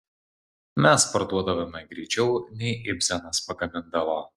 mes parduodavome greičiau nei ibsenas pagamindavo